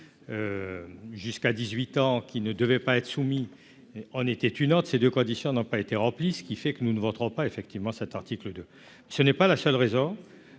jusqu'à 18 ans, qui ne devait pas être soumis, on était une autre, ces 2 conditions n'ont pas été remplis, ce qui fait que nous ne voterons pas effectivement cet article de ce n'est pas la seule raison,